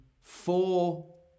four